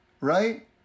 right